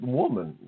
woman